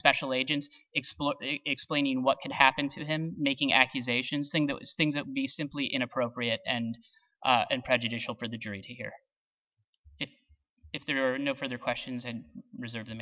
special agents explode explaining what can happen to him making accusations saying those things that would be simply inappropriate and and prejudicial for the jury to hear if there are no further questions and reserve